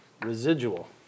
residual